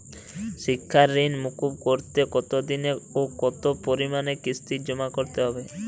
শিক্ষার ঋণ মুকুব করতে কতোদিনে ও কতো পরিমাণে কিস্তি জমা করতে হবে?